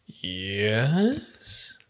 Yes